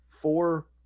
four